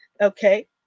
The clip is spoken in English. okay